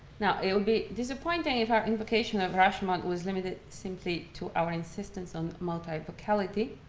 now, it will be disappointing if our invocation of rashomon was limited simply to our insistence um multi-vocality.